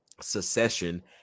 secession